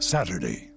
Saturday